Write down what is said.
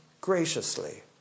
graciously